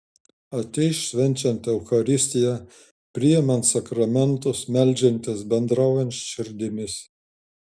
ateis švenčiant eucharistiją priimant sakramentus meldžiantis bendraujant širdimis